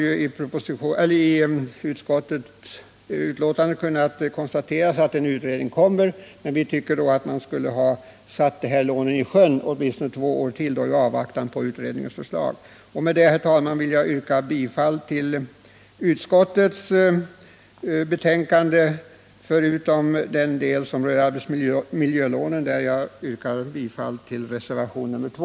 Av utskottets betänkande kan man konstatera att en utredning kommer att tillsättas, men vi tycker att man skulle ha behållit den här låneformen under åtminstone två år i avvaktan på utredningens förslag. Med det anförda vill jag, herr talman, yrka bifall till utskottets hemställan förutom i den del som avser arbetsmiljölånen, där jag yrkar bifall till reservationen 2.